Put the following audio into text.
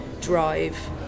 drive